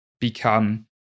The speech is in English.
become